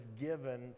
given